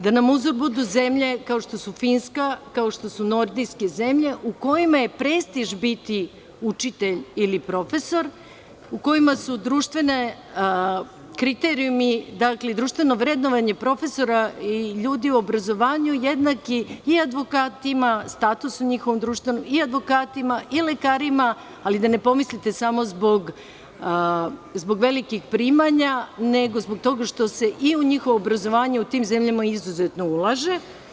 Da nam uzor budu zemlje, kao što su Finska, kao što su nordijske zemlje u kojima je prestiž biti učitelj ili profesor, u kojima su društveni kriterijumi, dakle društveno vrednovanje profesora i ljudi u obrazovanju, jednaki i advokatima, i lekarima, ali da ne pomislite samo zbog velikih primanja, nego zbog toga što se u njihovo obrazovanje u tim zemljama izuzetno ulaže.